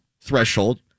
threshold